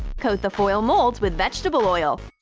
coat the foil molds with vegetable oil.